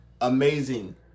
amazing